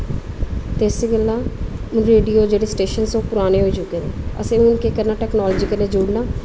ते इस गल्ला रेडियो जेह्ड़े स्टेशन्स ओह् पराने होई चुके दे न असें हून केह् करना टैक्नालजी कन्नै जुड़ना